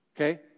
Okay